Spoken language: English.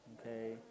Okay